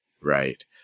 right